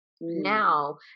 Now